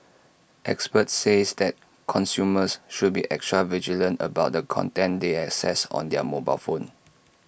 experts say that consumers should be extra vigilant about the content they access on their mobile phone